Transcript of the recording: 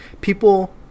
people